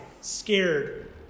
scared